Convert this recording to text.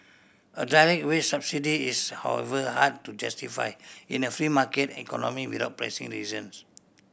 a direct wage subsidy is however hard to justify in a free market economy without pressing reasons